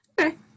Okay